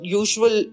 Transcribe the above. usual